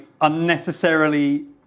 unnecessarily